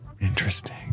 Interesting